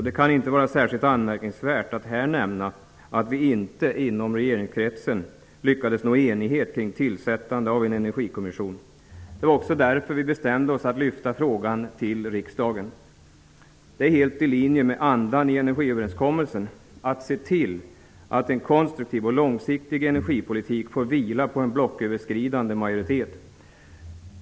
Det kan inte vara särskilt anmärkningsvärt att här nämna att vi inte inom regeringskretsen lyckades nå enighet kring tillsättandet av en engergikommission. Det var också därför vi bestämde oss för att lyfta frågan till riksdagen. Det är helt i linje med andan i energiöverenskommelsen att se till att en konstruktiv och långsiktig energipolitik får vila på en blocköverskridande majoritet.